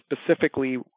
specifically